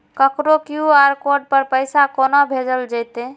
ककरो QR code पर पैसा कोना भेजल जेतै?